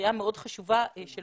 לקריאה מאוד חשובה של